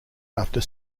after